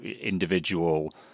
individual